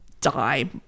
die